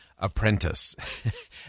apprentice